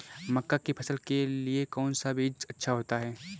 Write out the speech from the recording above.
मक्का की फसल के लिए कौन सा बीज अच्छा होता है?